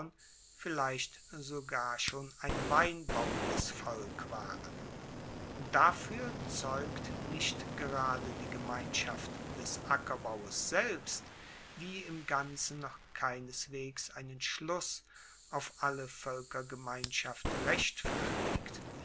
vielleicht sogar schon ein weinbauendes volk waren dafuer zeugt nicht gerade die gemeinschaft des ackerbaues selbst die im ganzen noch keineswegs einen schluss auf alle voelkergemeinschaft rechtfertigt